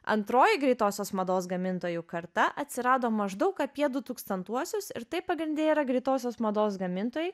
antroji greitosios mados gamintojų karta atsirado maždaug apie du tūkstantuosius ir tai pagrinde yra greitosios mados gamintojai